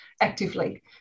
actively